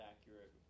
accurate